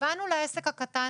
באנו לעסק הקטן